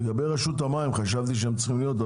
לגבי רשות המים, חשבתי שהם צריכים להיות.